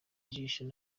ijisho